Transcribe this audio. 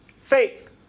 Faith